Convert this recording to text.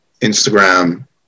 instagram